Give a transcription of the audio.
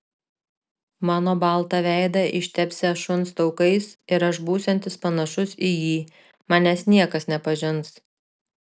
mano baltą veidą ištepsią šuns taukais ir aš būsiantis panašus į jį manęs niekas nepažins